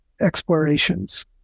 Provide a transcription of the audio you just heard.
explorations